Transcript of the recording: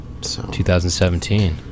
2017